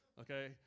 Okay